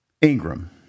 Ingram